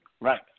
Right